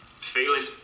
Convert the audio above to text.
feeling